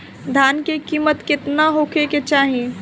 धान के किमत केतना होखे चाही?